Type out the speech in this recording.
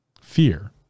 Fear